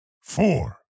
four